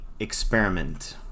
experiment